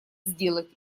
сделать